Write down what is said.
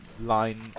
line